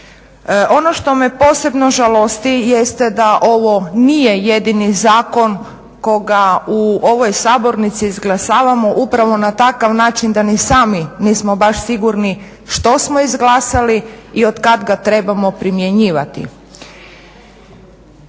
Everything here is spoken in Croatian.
Ono što me posebno žalosti jeste da ovo nije jedini zakon koga u ovoj sabornici izglasavamo upravo na takav način da ni sami nismo baš sigurni što smo izglasali i od kada ga trebamo primjenjivati.